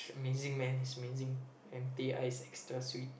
amazing man it's amazing and they ice extra sweet